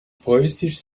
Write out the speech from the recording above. preußisch